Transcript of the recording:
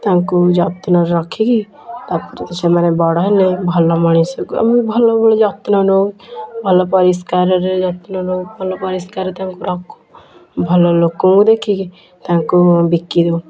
ତାଙ୍କୁ ଯତ୍ନରେ ରଖିକି ତାପରେ ସେମାନେ ବଡ଼ ହେଲେ ଭଲ ମଣିଷକୁ ଆମେ ଭଲ ଭଳି ଯତ୍ନ ନେଉ ଭଲ ପରିଷ୍କାରରେ ଯତ୍ନ ନେଉ ଭଲ ପରିଷ୍କାରରେ ତାଙ୍କୁ ରଖୁ ଭଲ ଲୋକଙ୍କୁ ଦେଖିକି ତାଙ୍କୁ ବିକି ଦେଉ